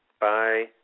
Bye